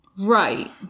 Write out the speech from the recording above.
Right